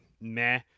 meh